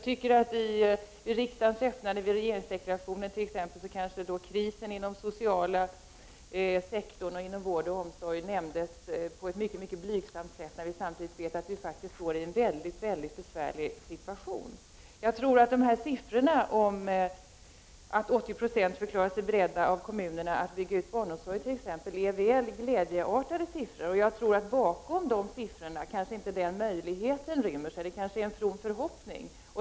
Exempelvis i regeringsdeklarationen vid riksdagens öppnande nämndes krisen inom den sociala sektorn och inom vård och omsorg på ett mycket blygsamt sätt. Samtidigt vet vi att vi faktiskt befinner oss i en mycket besvärlig situation. Jag tror att siffrorna som Bengt Lindqvist återgav — att 80 co av kommunerna förklarat sig beredda att bygga ut barnomsorgen — är väl optimistiska. Bakom de siffrorna kanske inte den möjligheten ryms — det är kanske en from förhoppning.